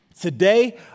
today